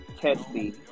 testy